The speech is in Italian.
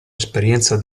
esperienza